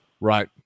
right